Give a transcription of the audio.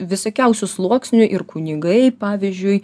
visokiausių sluoksnių ir kunigai pavyzdžiui